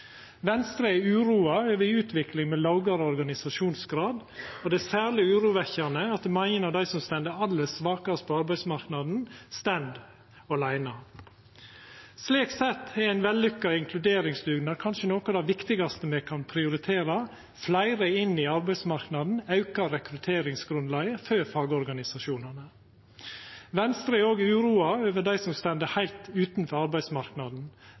Venstre er uroa over ei utvikling med lågare organisasjonsgrad, og det er særleg urovekkjande at mange av dei som står aller svakast på arbeidsmarknaden, står åleine. Slik sett er ein vellukka inkluderingsdugnad kanskje noko av det viktigaste me kan prioritera, fleire inn i arbeidsmarknaden aukar rekrutteringsgrunnlaget for fagorganisasjonane. Venstre er òg uroa over dei som står heilt utanfor arbeidsmarknaden.